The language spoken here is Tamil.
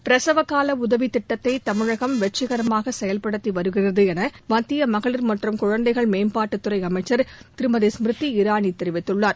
பிரசவ கால உதவித் திட்டத்தை தமிழகம் வெற்றிகரமாக செயல்படுத்தி வருகிறது என மத்திய மகளிர் மற்றும் குழந்தைகள் மேம்பாட்டுத் துறை அமைச்சர் திருமதி ஸ்மிரிதி இராணி தெரிவித்துள்ளார்